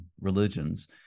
religions